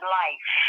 life